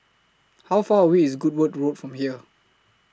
How Far away IS Goodwood Road from here